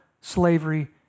slavery